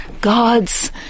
God's